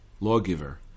lawgiver